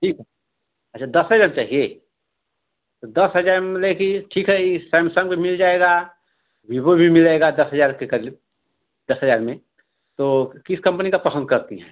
ठीक है अच्छा दसे हजार का चाहिए तो दस हजार में मतलब कि ठीक है ये सैमसंग भी मिल जाएगा वीवो भी मिलेगा दस हजार के करलिब दस हजार में तो किस कम्पनी का पसंद करती हैं